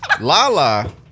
Lala